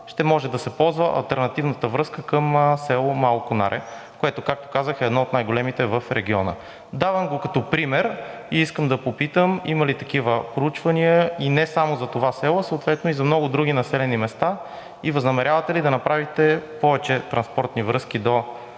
ще може да се ползва алтернативната връзка към село Мало Конаре, което, както казах, е едно от най-големите в региона. Давам го като пример и искам да попитам: има ли такива проучвания – и не само за това село, а съответно и за много други населени места? Възнамерявате ли да направите повече транспортни връзки до